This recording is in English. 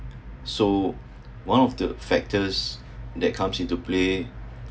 so one of the factors that comes into play